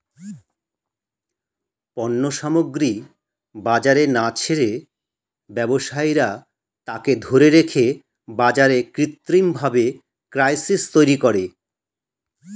পণ্য সামগ্রী বাজারে না ছেড়ে ব্যবসায়ীরা তাকে ধরে রেখে বাজারে কৃত্রিমভাবে ক্রাইসিস তৈরী করে